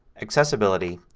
accessibility,